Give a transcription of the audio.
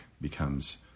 becomes